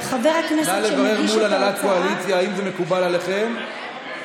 נא לברר מול הנהלת הקואליציה אם מקובל עליהם,